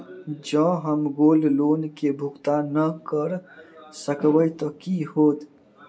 जँ हम gold loan केँ भुगतान न करऽ सकबै तऽ की होत?